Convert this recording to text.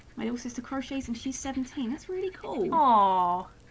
mail system crashes and she seventeenth rico law